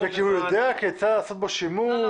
כי הוא יודע כיצד לעשות בו שימוש?